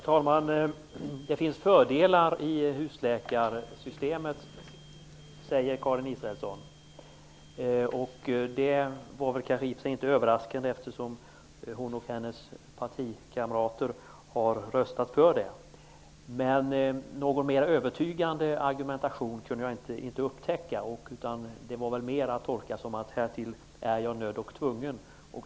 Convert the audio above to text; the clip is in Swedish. Herr talman! Karin Israelsson säger att det finns fördelar i husläkarsystemet. Det var i och för sig inte överraskande eftersom hon och hennes partikamrater har röstat för det. Men någon mer övertygande argumentation kunde jag inte upptäcka. Detta kan man mer tolka som: Härtill är jag nödd och tvungen.